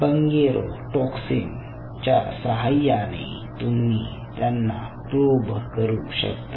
bungarotoxin च्या सहाय्याने तुम्ही त्यांना प्रोब करू शकता